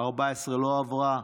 12 לא עברה.